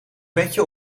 petje